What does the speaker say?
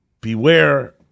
beware